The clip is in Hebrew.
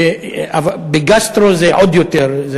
בגסטרו זה עוד יותר,